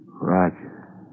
Roger